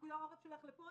פיקוד העורף שולח פה,